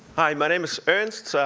hi, my name is ernst. so